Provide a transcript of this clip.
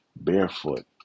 barefoot